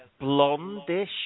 blondish